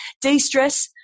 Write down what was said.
De-stress